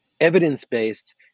evidence-based